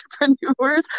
entrepreneurs